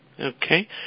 Okay